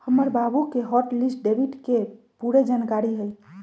हमर बाबु के हॉट लिस्ट डेबिट के पूरे जनकारी हइ